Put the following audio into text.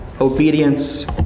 obedience